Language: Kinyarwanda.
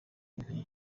nti